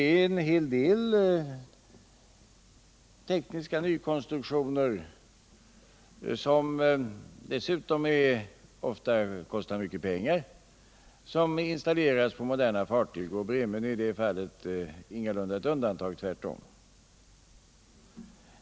En hel del tekniska nykonstruktioner, som dessutom kostar mycket pengar, installeras på moderna fartyg. Bremön är i det fallet ingalunda något undantag, tvärtom.